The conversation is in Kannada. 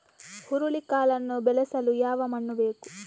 ಹುರುಳಿಕಾಳನ್ನು ಬೆಳೆಸಲು ಯಾವ ಮಣ್ಣು ಬೇಕು?